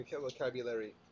vocabulary